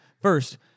First